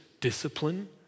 discipline